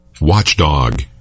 Watchdog